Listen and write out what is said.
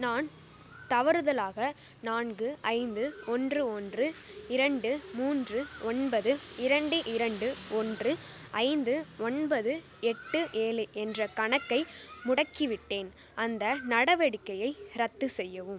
நான் தவறுதலாக நான்கு ஐந்து ஒன்று ஒன்று இரண்டு மூன்று ஒன்பது இரண்டு இரண்டு ஒன்று ஐந்து ஒன்பது எட்டு ஏழு என்ற கணக்கை முடக்கிவிட்டேன் அந்த நடவடிக்கையை ரத்து செய்யவும்